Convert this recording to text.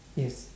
yes